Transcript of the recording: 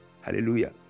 Hallelujah